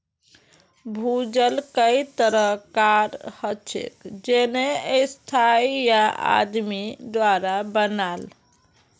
भूजल कई तरह कार हछेक जेन्ने स्थाई या आदमी द्वारा बनाल